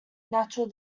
natural